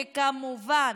וכמובן,